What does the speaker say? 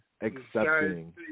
accepting